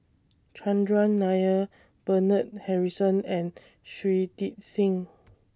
Chandran Nair Bernard Harrison and Shui Tit Sing